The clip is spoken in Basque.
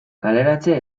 kaleratze